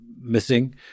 missing